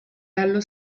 allo